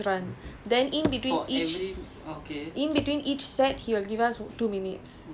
resting already so you know the rest time he will only give thirty seconds in between each run